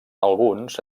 alguns